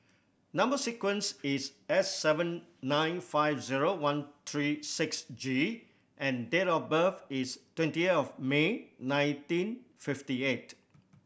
number sequence is S seven nine five zero one three six G and date of birth is twenty of May nineteen fifty eight